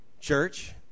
church